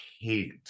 hate